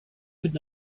could